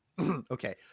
Okay